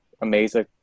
amazing